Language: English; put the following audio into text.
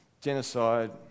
genocide